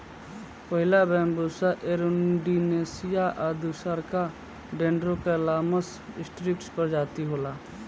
पहिला Bambusa arundinacea आ दूसरका डेन्ड्रोकैलामस स्ट्रीक्ट्स प्रजाति होला